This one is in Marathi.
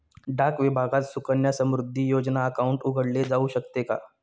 डाक विभागात सुकन्या समृद्धी योजना अकाउंट उघडले जाऊ शकते का?